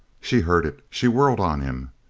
she heard it. she whirled on him.